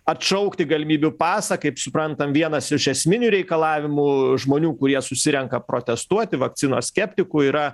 atšaukti galimybių pasą kaip suprantam vienas iš esminių reikalavimų žmonių kurie susirenka protestuoti vakcinos skeptikų yra